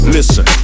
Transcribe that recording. Listen